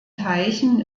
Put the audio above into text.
teichen